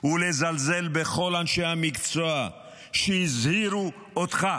ולזלזל בכל אנשי המקצוע שהזהירו אותך,